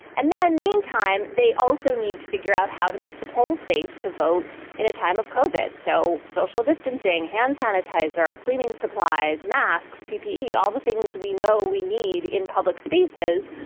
and then meantime, they also need to figure out how to make the polls safe to vote in a time of coalbed. so social distancing, hand sanitizer, cleaning supplies, masks, ppe, all the things we know we need in public spaces.